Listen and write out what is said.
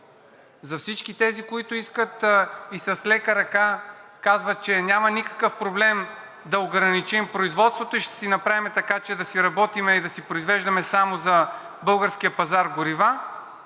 За всички тези, които искат и с лека ръка казват, че няма никакъв проблем да ограничим производството и ще направим така, че да си работим и да си произвеждаме за българския пазар горива,